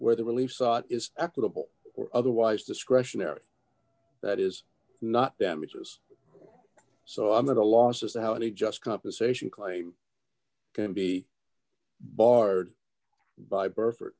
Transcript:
where the relief sought is little or otherwise discretionary that is not damages so i'm not a loss as to how to just compensation claim can be barred by birth